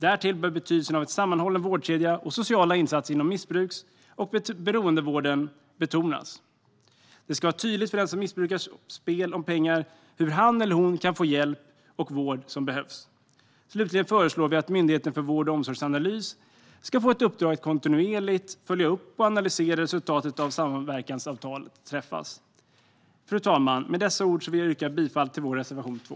Därtill bör betydelsen av en sammanhållen vårdkedja och sociala insatser inom missbruks och beroendevården betonas. Det ska vara tydligt för den som missbrukar spel om pengar hur han eller hon kan få den hjälp och vård som behövs. Slutligen föreslår vi att Myndigheten för vård och omsorgsanalys ska få ett uppdrag att kontinuerligt följa upp och analysera resultatet av att samverkansavtal träffas. Fru talman! Med dessa ord vill jag yrka bifall till vår reservation 2.